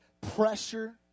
pressure